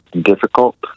difficult